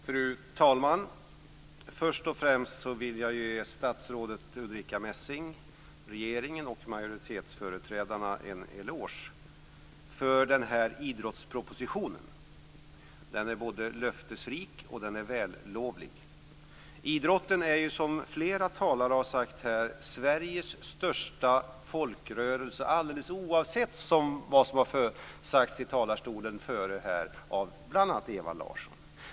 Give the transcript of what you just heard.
Fru talman! Först och främst vill jag ge statsrådet Ulrica Messing, regeringen och majoritetsföreträdarna en eloge för den här idrottspropositionen. Den är både löftesrik och vällovlig. Idrotten är ju som flera talare har sagt här Sveriges största folkrörelse alldeles oavsett vad som har sagts i talarstolen tidigare av bl.a. Ewa Larsson.